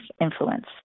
influence